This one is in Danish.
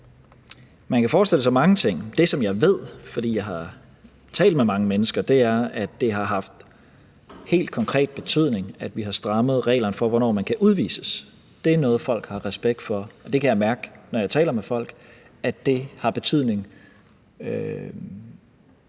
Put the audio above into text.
Man kan forestille sig mange ting. Det, som jeg ved, fordi jeg har talt med mange mennesker, er, at det har haft helt konkret betydning, at vi har strammet reglerne for, hvornår man kan udvises. Det er noget, folk har respekt for. Jeg kan mærke, når jeg taler med folk, at det har betydning